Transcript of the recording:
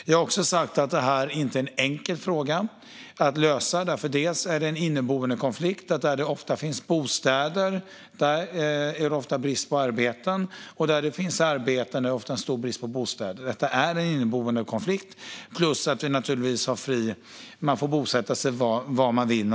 Jag har också sagt att detta inte är en enkel fråga att lösa därför att det är en inneboende konflikt att där det ofta finns bostäder är det ofta brist på arbeten, och där det finns arbeten är det ofta en stor brist på bostäder. Detta är en inneboende konflikt, plus att man naturligtvis får bosätta sig var man vill.